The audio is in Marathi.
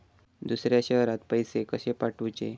दुसऱ्या शहरात पैसे कसे पाठवूचे?